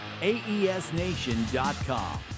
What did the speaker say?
AESNation.com